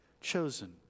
chosen